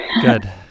Good